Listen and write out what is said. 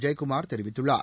ஜெயக்குமார் தெரிவித்துள்ளார்